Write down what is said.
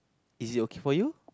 is it okay for you